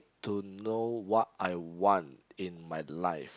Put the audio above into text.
to know what I want in my life